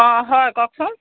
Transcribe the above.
অঁ হয় কওকচোন